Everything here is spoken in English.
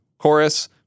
Chorus